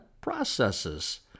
processes